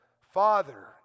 Father